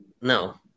No